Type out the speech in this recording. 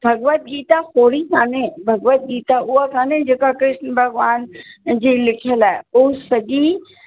भॻवद गीता कोड़ी कान्हे भॻवद गीता उहा कान्हे जेका कृष्ण भॻवान जी लिखियल आहे हू सॼी